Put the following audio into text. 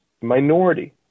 minority